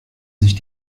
sich